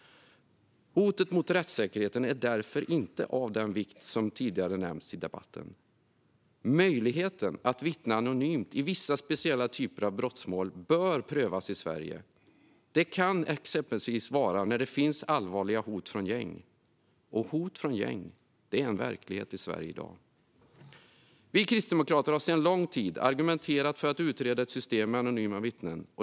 Hotet mot rättssäkerheten är därför inte av den vikt som tidigare anförts i debatten. Möjligheten att vittna anonymt i vissa specifika typer av brottmål bör prövas i Sverige. Det kan exempelvis vara när det finns allvarliga hot från gäng - och hot från gäng är en verklighet i Sverige i dag. Vi kristdemokrater har sedan lång tid tillbaka argumenterat för att utreda ett system med anonyma vittnen.